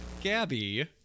Gabby